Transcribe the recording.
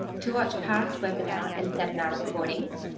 to um past webinar and seminar recordings,